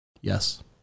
Yes